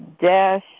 dash